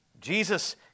Jesus